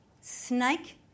snake